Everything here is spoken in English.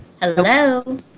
Hello